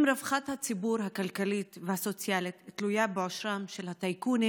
אם הרווחה הכלכלית והסוציאלית של הציבור תלויה בעושרם של הטייקונים,